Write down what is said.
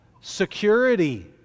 security